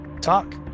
Talk